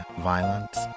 violence